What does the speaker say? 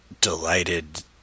delighted